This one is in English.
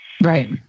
Right